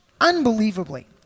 unbelievably